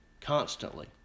constantly